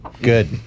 Good